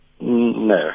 No